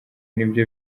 nibyo